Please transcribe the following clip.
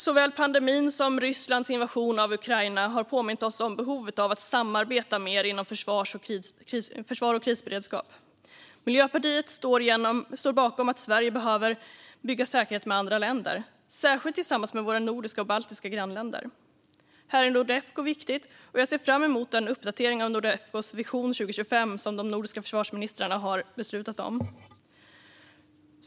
Såväl pandemin som Rysslands invasion av Ukraina har påmint oss om behovet av att samarbeta mer inom försvar och krisberedskap. Miljöpartiet står bakom att Sverige behöver bygga säkerhet med andra länder, särskilt tillsammans med våra nordiska och baltiska grannländer. Här är Nordefco viktigt, och jag ser fram emot den uppdatering av Nordefcos Vision 2025 som de nordiska försvarsministrarna har beslutat om.